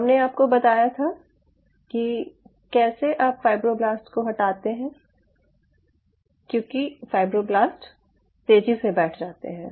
हमने आपको बताया था कि कैसे आप फाइब्रोब्लास्ट को हटाते हैं क्योंकि फाइब्रोब्लास्ट तेजी से बैठ जाते हैं